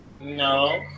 no